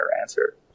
answer